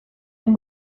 hain